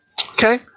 Okay